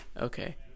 okay